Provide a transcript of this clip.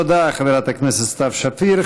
תודה, חברת הכנסת סתיו שפיר.